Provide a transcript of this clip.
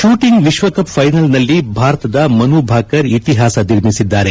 shooting ವಿಶ್ವ cup ಫೈನಲ್ಸ್ನಲ್ಲಿ ಭಾರತದ ಮನು ಭಾಕರ್ ಇತಿಹಾಸ ನಿರ್ಮಿಸಿದ್ದಾರೆ